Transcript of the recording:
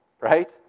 Right